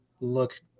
look